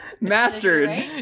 Mastered